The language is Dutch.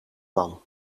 man